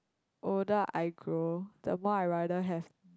older I grow the more I rather have